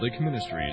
Ministries